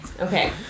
okay